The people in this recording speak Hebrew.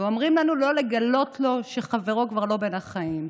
ואומרים לנו לא לגלות לו שחברו כבר לא בן החיים.